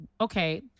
okay